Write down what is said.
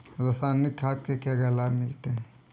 रसायनिक खाद के क्या क्या लाभ मिलते हैं?